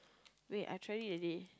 wait I trying read the name